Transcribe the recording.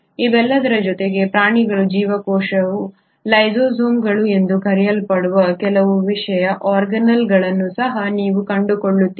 ಇವೆಲ್ಲದರ ಜೊತೆಗೆ ಪ್ರಾಣಿಗಳ ಜೀವಕೋಶಗಳು ಲೈಸೋಸೋಮ್ಗಳು ಎಂದು ಕರೆಯಲ್ಪಡುವ ಕೆಲವು ವಿಶೇಷ ಆರ್ಗಾನ್ಯಿಲ್ಗಳನ್ನು ಸಹ ನೀವು ಕಂಡುಕೊಳ್ಳುತ್ತೀರಿ